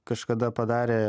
kažkada padarė